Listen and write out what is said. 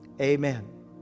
amen